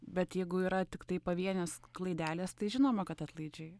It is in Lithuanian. bet jeigu yra tiktai pavienės klaidelės tai žinoma kad atlaidžiai